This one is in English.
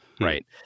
Right